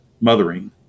mothering